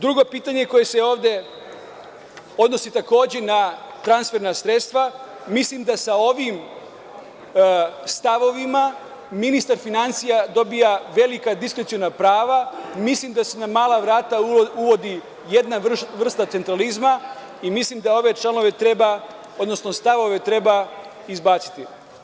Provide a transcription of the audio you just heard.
Drugo pitanje koje se ovde odnosi takođe na transferna sredstva, mislim da sa ovim stavovima ministar finansija dobija velika diskreciona prava i mislim da se na mala vrata uvodi jedna vrsta centralizma i mislim da ove članove treba, odnosno stavove treba izbaciti.